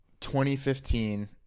2015